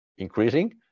increasing